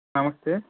నమస్తే